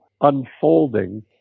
unfolding